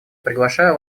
приглашаю